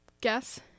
guess